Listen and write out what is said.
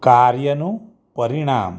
કાર્યનું પરિણામ